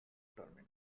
terminal